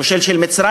המושל של מצרים,